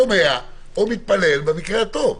שומע או מתפלל במקרה הטוב.